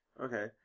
Okay